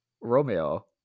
Romeo